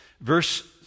Verse